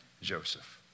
Joseph